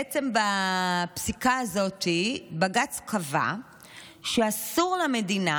בעצם בפסיקה הזאת בג"ץ קבע שאסור למדינה